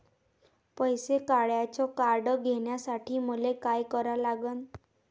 पैसा काढ्याचं कार्ड घेण्यासाठी मले काय करा लागन?